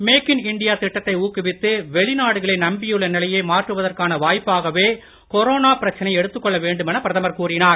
make India திட்டத்தை ஊக்குவித்து வெளிநாடுகளை நம்பியுள்ள நிலையை மாற்றுவதற்கான வாய்ப்பாகவே கொரோனா பிரச்சனையை எடுத்துக்கொள்ள வேண்டுமென பிரதமர் கூறினார்